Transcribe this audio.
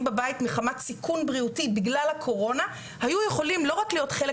בבית מחמת סיכון בריאותי בגלל הקורונה היו יכולים להיות לא רק חלק